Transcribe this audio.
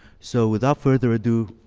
so without further ado,